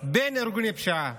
בין ארגוני פשיעה,